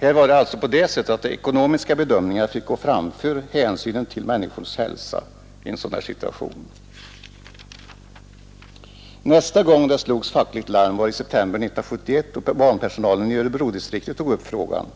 Här var det alltså på det sättet att ekonomiska bedömningar fick gå före hänsynen till människors hälsa. Nästa gång det slogs fackligt larm var i september 1971, då banpersonalen i Örebrodistriktet tog upp frågan.